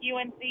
UNC